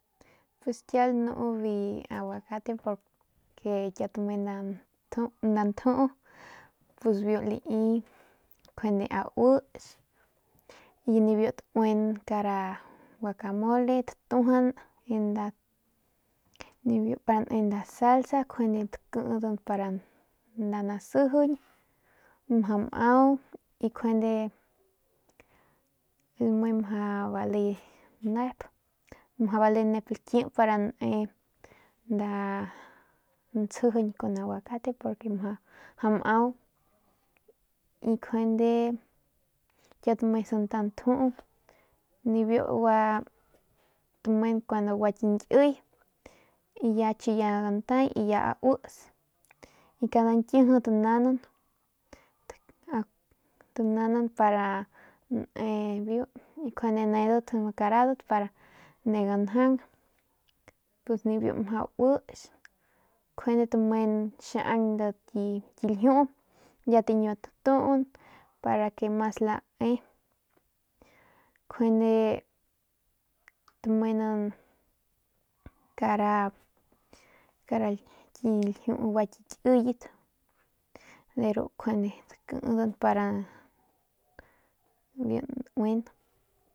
Pus kiau lanu biu aguacate kiau tame nda njuu nibiu auits y nibiu tauin kara guacamole tatuajan nibiu pa nda ne nda salsa njuande takidan pa nda nasijiñ mjau mau njuande lame mjau bale nep mjau bale nep laki pa ne nda ntsjijiñ kun aguacate porque y njau mau y njuande y kiau njuande tame santa nju nibiu tamen kuandu gua kiñkiy y ya chi ya datay y ya chiñi ya uist y cada nkiji tanaunan tanaunan para ne biu y nuande nedat karadat para ne ganjaun ntuns nibiu mjau uits njuande tamen xiaun ki ljiu ya tañkiua tatun para que mas lae njuene tamenan kara kara ki ljiu gua ki kiyat de ru njuande takidan para biu nuin.